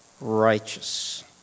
righteous